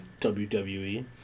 WWE